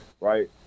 right